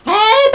Hey